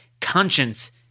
conscience